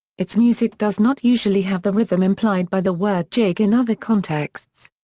its music does not usually have the rhythm implied by the word jig in other contexts.